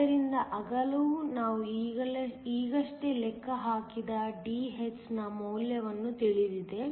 ಆದ್ದರಿಂದ ಅಗಲವು ನಾವು ಈಗಷ್ಟೇ ಲೆಕ್ಕ ಹಾಕಿದ Dh ನ ಮೌಲ್ಯವನ್ನು ತಿಳಿದಿದೆ